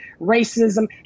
racism